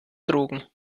drogen